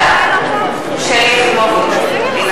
בעד שלי יחימוביץ,